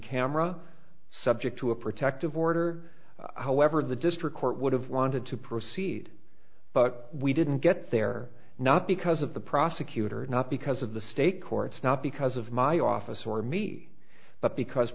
camera subject to a protective order however the district court would have wanted to proceed but we didn't get there not because of the prosecutor not because of the state courts not because of my office or me but because